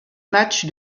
match